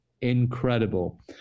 incredible